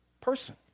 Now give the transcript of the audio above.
person